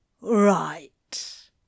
right